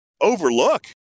overlook